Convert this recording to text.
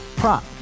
prop